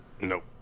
Nope